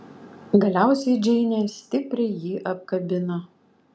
galiausiai džeinė stipriai jį apkabino